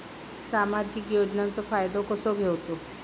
सामाजिक योजनांचो फायदो कसो घेवचो?